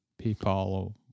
PayPal